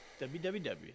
www